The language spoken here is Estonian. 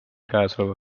käesoleva